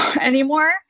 anymore